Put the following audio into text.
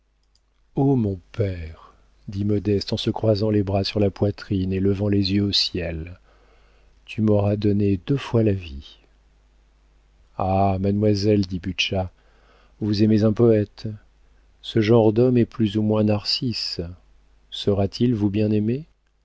o mon père dit modeste en se croisant les bras sur la poitrine et levant les yeux au ciel tu m'auras donné deux fois la vie ah mademoiselle dit butscha vous aimez un poëte ce genre d'homme est plus ou moins narcisse saura-t-il vous bien